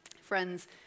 Friends